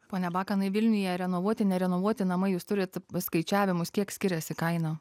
pone bakanai vilniuje renovuoti nerenovuoti namai jūs turit skaičiavimus kiek skiriasi kaina